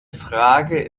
frage